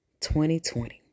2020